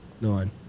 Nine